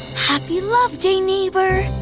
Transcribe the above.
happy love day, neighbor.